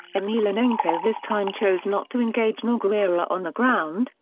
emelianenko this time chose not to engage nogueira on the ground,